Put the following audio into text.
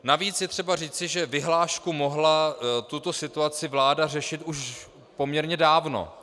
Navíc je třeba říci, že vyhláškou mohla tuto situaci vláda řešit už poměrně dávno.